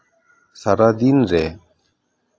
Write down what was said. ᱥᱟᱨᱟᱫᱤᱱ ᱨᱮ